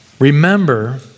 Remember